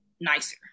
nicer